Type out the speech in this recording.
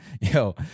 Yo